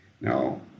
Now